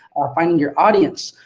finding your audience,